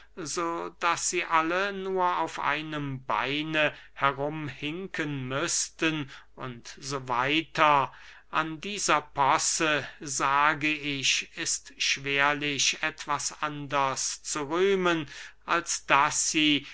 daß sie alle nur auf einem beine herum hinken müßten u s w an dieser posse sage ich ist schwerlich etwas anders zu rühmen als daß sie